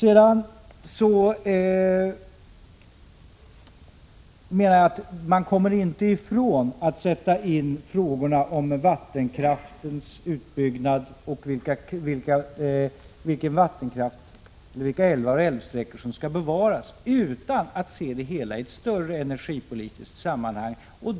Jag menar att man inte i sammanhanget kan sätta in frågan om vattenkraftens utbyggnad och frågan om vilka älvar eller älvsträckor som skall bevaras utan att se det hela också i ett större energipolitiskt sammanhang.